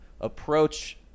approach